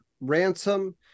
ransom